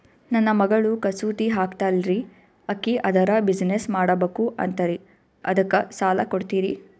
ನನ್ನ ಮಗಳು ಕಸೂತಿ ಹಾಕ್ತಾಲ್ರಿ, ಅಕಿ ಅದರ ಬಿಸಿನೆಸ್ ಮಾಡಬಕು ಅಂತರಿ ಅದಕ್ಕ ಸಾಲ ಕೊಡ್ತೀರ್ರಿ?